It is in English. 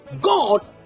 God